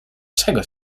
czego